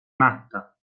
matta